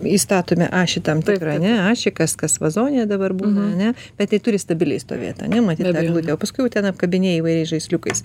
įstatome ašį tam tikrą ane ašį kas kas vazone dabar būna ane bet ji turi stabiliai stovėt ane matyt ta eglutė o paskui jau ten apkabinėji įvairiais žaisliukais